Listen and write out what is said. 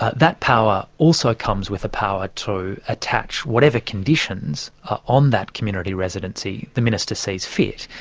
ah that power also comes with a power to attach whatever conditions on that community residency, the minister sees fit.